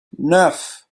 neuf